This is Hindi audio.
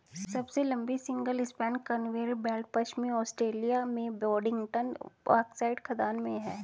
सबसे लंबी सिंगल स्पैन कन्वेयर बेल्ट पश्चिमी ऑस्ट्रेलिया में बोडिंगटन बॉक्साइट खदान में है